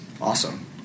awesome